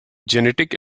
genetic